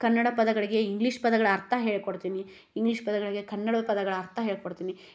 ಕನ್ನಡ ಪದಗಳಿಗೆ ಇಂಗ್ಲೀಷ್ ಪದಗಳ ಅರ್ಥ ಹೇಳ್ಕೊಡ್ತೀನಿ ಇಂಗ್ಲೀಷ್ ಪದಗಳಿಗೆ ಕನ್ನಡದ ಪದಗಳ ಅರ್ಥ ಹೇಳ್ಕೊಡ್ತೀನಿ